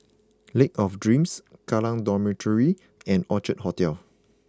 Lake of Dreams Kallang Dormitory and Orchard Hotel